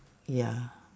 ya